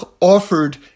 offered